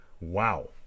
Wow